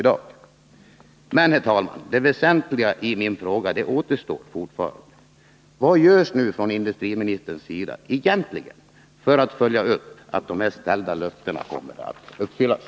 Men, herr talman, det väsentliga i min fråga återstår fortfarande: Vad görs egentligen från industriministerns sida när det gäller att se till att utställda löften uppfylls?